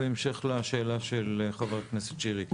בהמשך לשאלה של חבר הכנסת שירי.